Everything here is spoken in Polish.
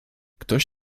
ktoś